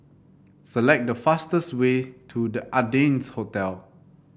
select the fastest way to The Ardennes Hotel